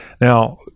Now